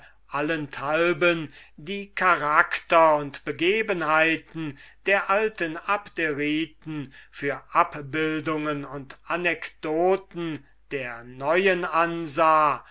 allenthalben die charaktere und begebenheiten der alten abderiten für abbildungen und anekdoten der neuen ansah